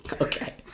Okay